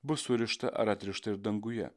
bus surišta ar atrišta ir danguje